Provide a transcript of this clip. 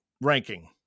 ranking